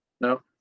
No